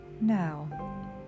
Now